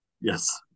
Yes